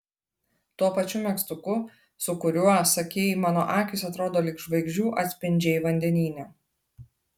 tuo pačiu megztuku su kuriuo sakei mano akys atrodo lyg žvaigždžių atspindžiai vandenyne